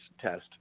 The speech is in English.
test